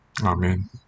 Amen